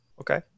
okay